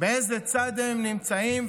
באיזה צד הם נמצאים,